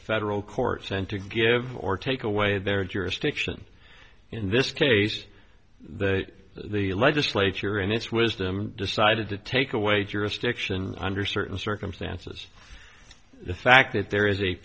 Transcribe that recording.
federal courts and to give or take away their jurisdiction in this case that the legislature in its wisdom decided to take away jurisdiction under certain circumstances the fact that there is a